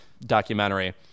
documentary